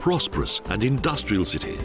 prosperous and industrial city